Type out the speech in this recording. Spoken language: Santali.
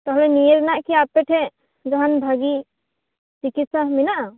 ᱛᱟᱦᱚᱞᱮ ᱱᱤᱭᱚ ᱨᱮᱱᱟᱜ ᱠᱤ ᱟᱯᱮᱴᱷᱮᱡ ᱡᱮᱢᱚᱱ ᱵᱷᱟᱜᱮ ᱪᱤᱠᱤᱛᱥᱟ ᱢᱮᱱᱟᱜᱼᱟ